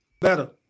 better